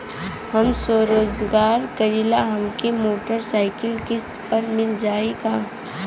हम स्वरोजगार करीला हमके मोटर साईकिल किस्त पर मिल जाई का?